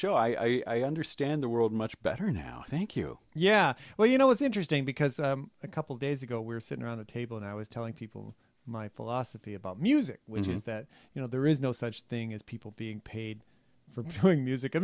show i understand the world much better now thank you yeah well you know it's interesting because a couple days ago we were sitting around a table and i was telling people my philosophy about music which is that you know there is no such thing as people being paid for doing music